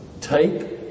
Take